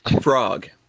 Frog